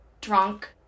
drunk